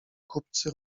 kupcy